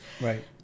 Right